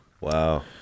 wow